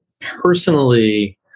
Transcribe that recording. personally